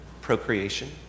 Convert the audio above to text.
procreation